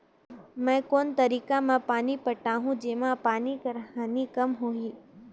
मैं कोन तरीका म पानी पटाहूं जेमा पानी कर हानि कम होही?